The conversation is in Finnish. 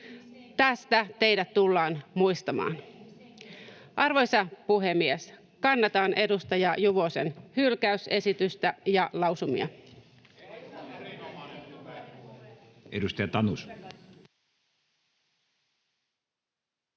suojelusta!] Arvoisa puhemies! Kannatan edustaja Juvosen hylkäysesitystä ja lausumia.